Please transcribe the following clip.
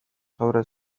sobre